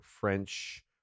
French